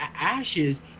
ashes